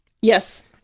Yes